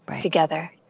together